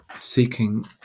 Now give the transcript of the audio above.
seeking